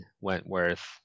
Wentworth